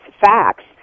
facts